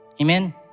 Amen